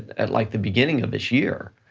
at like the beginning of this year,